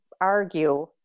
argue